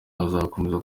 azakomeza